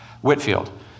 Whitfield